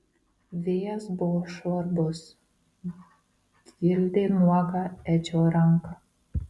vėjas buvo žvarbus gildė nuogą edžio ranką